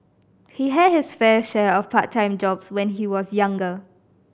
he had his fair share of part time jobs when he was younger